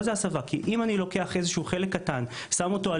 כי אם אני לוקח איזשהו חלק קטן ושם אותו על